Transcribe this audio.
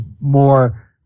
more